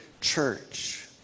church